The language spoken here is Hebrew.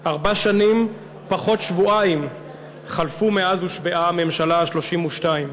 ארבע שנים פחות שבועיים חלפו מאז הושבעה הממשלה ה-32,